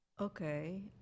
okay